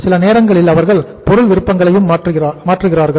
சில நேரங்களில் அவர்கள் பொருள் விருப்பங்களை மாற்றுகின்றன